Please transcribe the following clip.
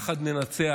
"יחד ננצח"